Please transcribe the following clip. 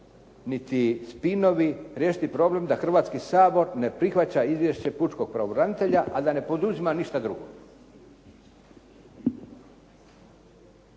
niti spinovi riješiti problem da Hrvatski sabor ne prihvaća izvješće pučkog pravobranitelja, a da ne poduzima ništa drugo.